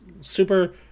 super